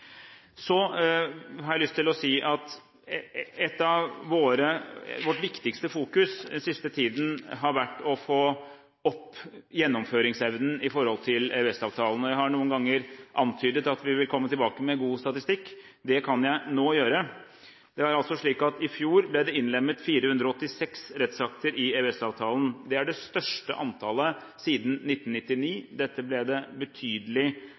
Så har jeg lyst til å si at vårt viktigste fokus den siste tiden har vært å få opp gjennomføringsevnen i forhold til EØS-avtalen. Jeg har noen ganger antydet at vi vil komme tilbake med god statistikk, og det kan jeg nå gjøre. I fjor ble det innlemmet 486 rettsakter i EØS-avtalen. Det er det største antallet siden 1999. Dette ble det en betydelig